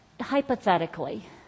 hypothetically